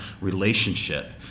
relationship